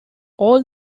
all